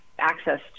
Access